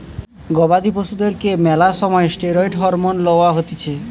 গবাদি পশুদেরকে ম্যালা সময় ষ্টিরৈড হরমোন লওয়া হতিছে